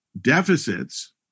deficits